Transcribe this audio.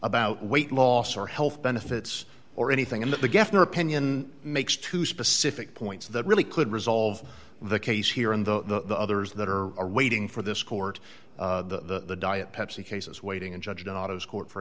about weight loss or health benefits or anything and that the governor opinion makes two specific points that really could resolve the case here in the others that are waiting for this court the diet pepsi cases waiting and judge not as court for